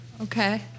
Okay